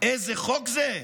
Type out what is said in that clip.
איזה חוק זה?